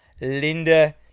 Linda